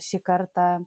šį kartą